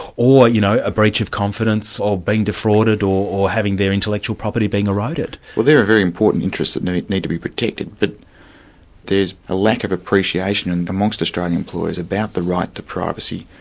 or you know a breach of confidence, or being defrauded or or having their intellectual property being eroded. well they're very important interests that need need to be protected but there's a lack of appreciation amongst australian employers about the right to privacy,